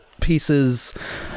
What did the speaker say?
pieces